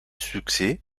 succès